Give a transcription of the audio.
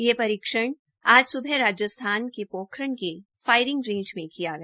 ये परीक्षण आज स्बह राजस्थान में पोखरण के फायरिंग रेंज में किया गया